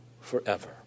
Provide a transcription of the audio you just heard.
forever